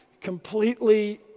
completely